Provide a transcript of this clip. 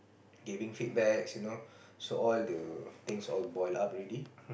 giving feedbacks you know so all the things all boil up already